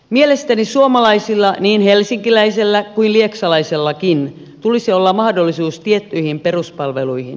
mielestäni suomalaisilla niin helsinkiläisellä kuin lieksalaisellakin tulisi olla mahdollisuus tiettyihin peruspalveluihin